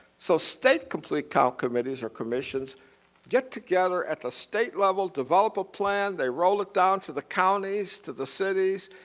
so state complete count committees or commissions get together at the state level, develop a plan, they roll down to the counties, to the cities,